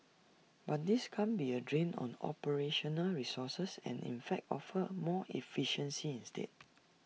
but this can't be A drain on operational resources and in fact offer more efficiency instead